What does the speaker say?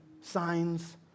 signs